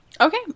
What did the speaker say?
Okay